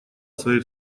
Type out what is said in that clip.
своей